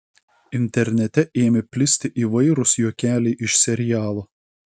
internete ėmė plisti įvairūs juokeliai iš serialo